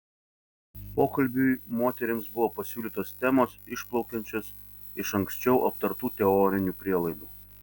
pokalbiui moterims buvo pasiūlytos temos išplaukiančios iš anksčiau aptartų teorinių prielaidų